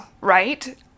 right